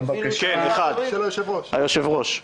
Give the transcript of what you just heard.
כן, אחד, היושב-ראש.